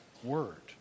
word